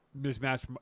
mismatch